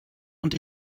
und